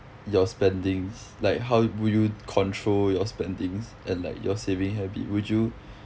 your spendings like how would you control your spendings and like your saving habit would you